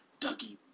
Dougie